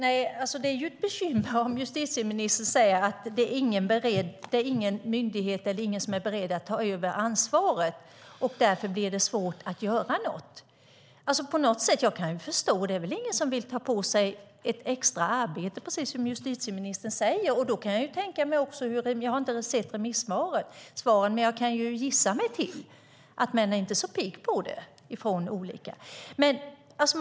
Fru talman! Det är ett bekymmer om det är så som justitieministern säger att det är ingen som är beredd att ta över ansvaret och att det därför blir svårt att göra något. Jag kan på något sätt förstå det; det är väl ingen som vill ta på sig ett extra arbete, precis som justitieministern säger. Jag har inte sett remissvaren, men jag kan gissa mig till att man inte är så pigg på det från olika håll.